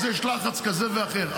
יש לחץ כזה ואחר.